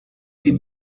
die